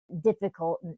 difficult